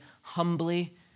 humbly